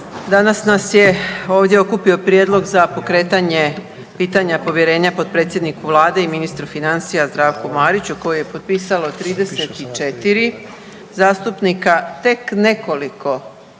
Danas nas je ovdje okupio Prijedlog za pokretanje pitanja povjerenja potpredsjedniku Vlade i ministru financija Zdravku Mariću koji je potpisalo 34 zastupnika, tek nekoliko